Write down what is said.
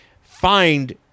Find